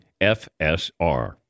FSR